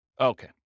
Okay